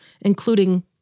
including